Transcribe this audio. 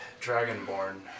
Dragonborn